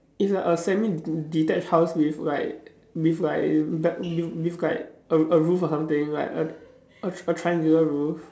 is like a semi de~ detached house with like with like with like a a roof or something like a a a triangular roof